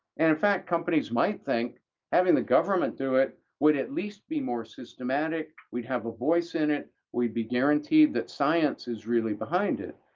and in fact, companies might think having the government do it would at least be more systematic. we'd have a voice in it. we'd be guaranteed that science is really behind it,